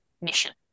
mission